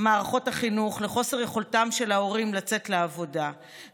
מערכות החינוך לחוסר יכולתם של ההורים לצאת לעבודה.